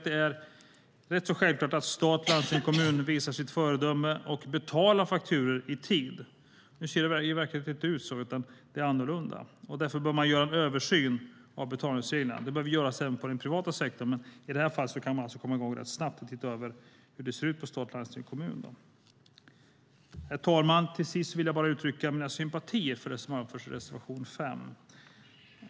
Det är självklart att stat, landsting och kommuner visar sitt föredöme och betalar fakturor i tid. Nu ser det i verkligheten inte ut så utan det är annorlunda. Därför bör det göras en översyn av betalningsreglerna. Det behöver göras även på den privata sektorn, men i det här fallet kan man komma i gång snabbt och se över hur det ser ut för stat, landsting och kommuner. Herr talman! Sist vill jag uttrycka mina sympatier för det som anförs i reservation 5.